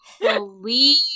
believe